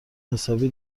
حسابی